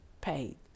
paid